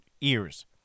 ears